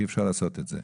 אי אפשר לעשות את זה.